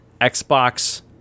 xbox